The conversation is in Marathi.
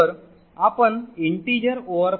तर आपण integer overflow